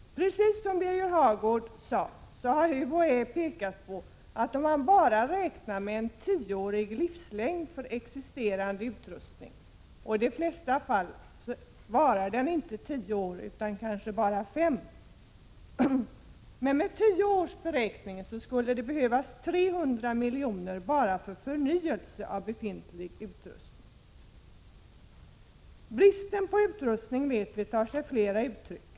Precis som Birger Hagård sade pekar UHÄ på att om man räknar med en 10-årig livslängd för existerande utrustning —i de flesta fall varar den inte tio år utan kanske fem år — skulle det behövas 300 miljoner bara för förnyelse av befintlig utrustning. Bristen på utrustning tar sig flera uttryck.